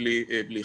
בלי חשמל.